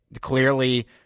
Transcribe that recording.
clearly